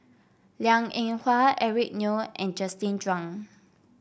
Liang Eng Hwa Eric Neo and Justin Zhuang